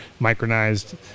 micronized